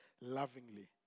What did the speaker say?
lovingly